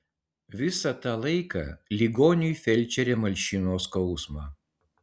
visą tą laiką ligoniui felčerė malšino skausmą